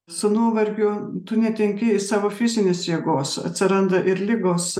su nuovargiu tu netenki savo fizinės jėgos atsiranda ir ligos